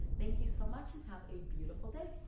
thank you so much and have a beautiful day!